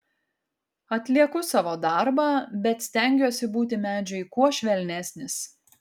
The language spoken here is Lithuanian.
atlieku savo darbą bet stengiuosi būti medžiui kuo švelnesnis